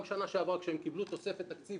גם בשנה שעברה כשהם קיבלו תוספת תקציב